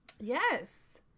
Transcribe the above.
Yes